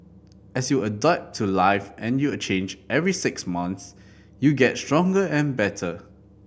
as you adapt to life and you change every six months you get stronger and better